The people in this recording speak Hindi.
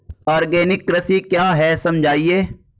आर्गेनिक कृषि क्या है समझाइए?